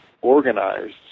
organized